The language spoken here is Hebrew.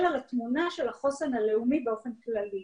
על התמונה של החוסן הלאומי באופן כללי.